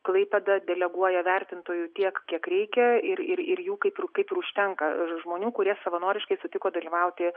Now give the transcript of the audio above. klaipėda deleguoja vertintojų tiek kiek reikia ir ir jų kaip kaip ir užtenka žmonių kurie savanoriškai sutiko dalyvauti